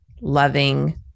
loving